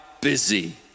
busy